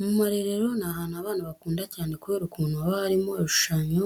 Mu marerero ni ahantu abana bakunda cyane kubera ukuntu haba harimo ibishushanyo